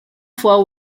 fois